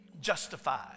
Justified